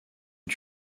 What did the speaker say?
eut